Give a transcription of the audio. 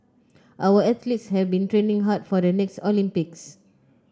our athletes have been training hard for the next Olympics